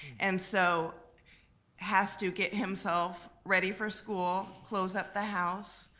and so has to get himself ready for school, close up the house,